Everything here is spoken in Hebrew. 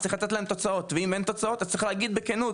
צריך לתת להם תוצאות ואם אין תוצאות אז לבוא ולהגיד בכנות